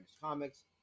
Comics